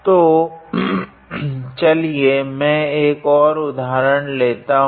तो चलिए मैं एक और उदाहरण लेता हूँ